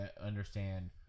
understand